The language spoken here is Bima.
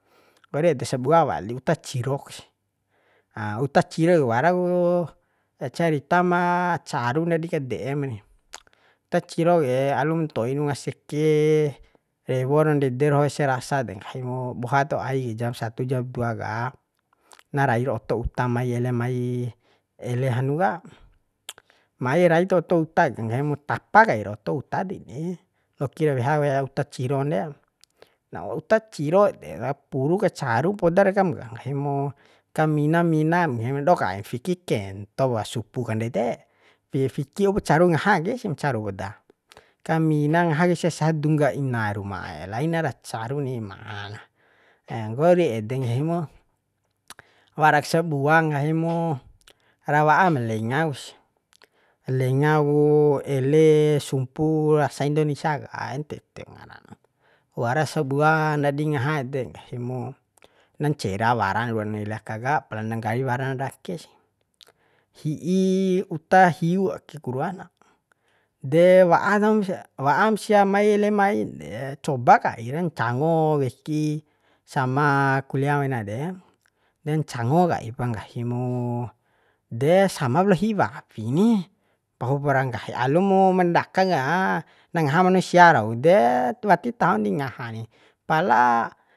Nggori ede sabua wali uta ciroksi uta ciro wara ku cerita ma caru ndadi kade'em ni uta ciro ke alum ntoin unga seke rewo ra ndede roho ese raha de nggahi mu boha taho ai jam satu jam dua ka na rai ro oto uta mai ele mai ele hanu ka mai rai to oto uta ka nggahimu tapa kair oto uta deni loakir weha wea uta ciron de lao uta ciro de ra puru kacaru poda dekam ka nggahi mu ka mina minam ngahim dokaim fiki kentopa supu kandede diki waup ceru ngaha ke sim caru poda kamina ngaha kai sia saha dungga ina rumaee lainar caru ni'ma na ngori ede nggahi mu warak sabua ngahi mu ra wa'am lengaksi lenga ku ele sumpu rasa indonesia ka ntt ku ngara na wara sabua ndadi ngaha de nggahi mu na ncera waran ruan ele aka ka na nggali waran ara ake sih hi'i uta hiu akeku ruana de wa'a taho wa'am sia mai ele main de coba kaira ncango weki sama kulia mena de de ncango kaipa nggahi mu de sama laop hi'i wawi ni pahupara nggahi alumu ma ndaka ka na ngaha bune sia rau de wati tahon di ngaha ni pala